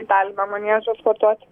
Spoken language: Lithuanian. į talino maniežą sportuoti